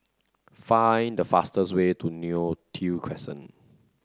find the fastest way to Neo Tiew Crescent